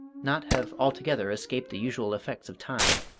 not have altogether escaped the usual effects of time.